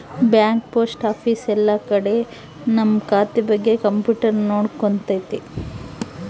bank post office ಎಲ್ಲ ಕಡೆ ನಮ್ ಖಾತೆ ಬಗ್ಗೆ ಕಂಪ್ಯೂಟರ್ ನೋಡ್ಕೊತೈತಿ